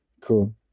Cool